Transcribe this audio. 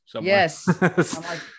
yes